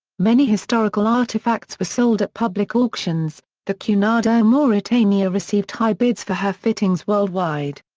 many historical artefacts were sold at public auctions the cunarder mauretania received high bids for her fittings worldwide.